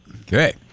Okay